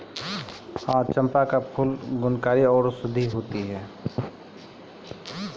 चंपा फूल मे औषधि गुणकारी होय छै